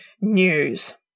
news